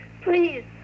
Please